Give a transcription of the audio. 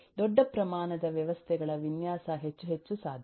ದೊಡ್ಡ ಪ್ರಮಾಣದ ವ್ಯವಸ್ಥೆಗಳವಿನ್ಯಾಸಹೆಚ್ಚು ಹೆಚ್ಚು ಸಾಧ್ಯ